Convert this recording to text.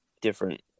different